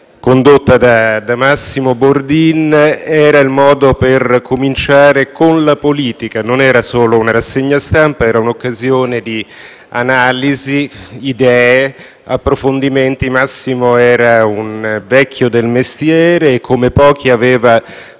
condotta da Massimo Bordin, era il modo per cominciare con la politica. Non era solo una rassegna stampa, era un'occasione di analisi, idee e approfondimenti. Massimo era un vecchio del mestiere e, come pochi, aveva